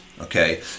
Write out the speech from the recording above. Okay